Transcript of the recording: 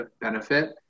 benefit